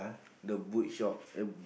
the boot shop eh